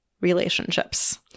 relationships